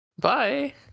Bye